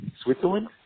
Switzerland